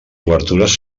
obertures